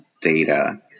data